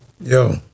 Yo